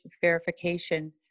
verification